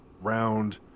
round